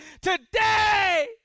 today